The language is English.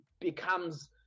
becomes